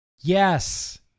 Yes